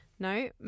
no